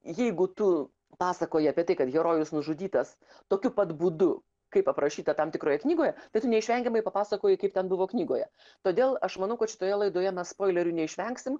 jeigu tu pasakoji apie tai kad herojus nužudytas tokiu pat būdu kaip aprašyta tam tikroje knygoje tai tu neišvengiamai papasakoji kaip ten buvo knygoje todėl aš manau kad šitoje laidoje spoilerių neišvengsim